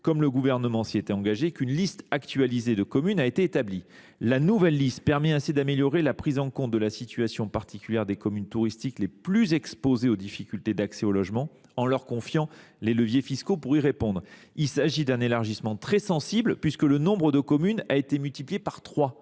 comme le Gouvernement s’y était engagé, qu’une liste actualisée de communes a été établie. La nouvelle liste permet ainsi d’améliorer la prise en compte de la situation particulière des communes touristiques les plus exposées aux difficultés d’accès au logement, en leur confiant les leviers fiscaux pour y répondre. Il s’agit d’un élargissement très sensible, puisque le nombre de communes a été multiplié par trois,